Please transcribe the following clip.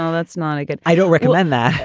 um that's not a good. i don't recommend that.